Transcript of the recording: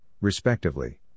respectively